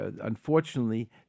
Unfortunately